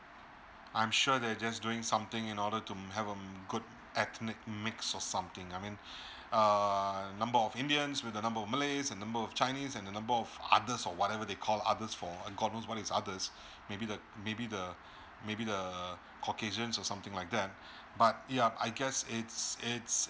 I'm sure they're just doing something in order to um have um good ethnic mix or something I mean uh number of indians with the number malays a number of chinese and the number of others or whatever they call others for others god knows what the others are maybe the maybe the maybe the caucasians or something like that but yup I guess it's it's